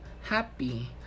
happy